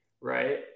right